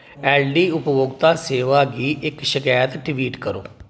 L D उपभोक्ता सेवा गी इक शकैत ट्वीट करो